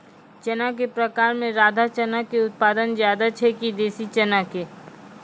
चना के प्रकार मे राधा चना के उत्पादन ज्यादा छै कि देसी चना के?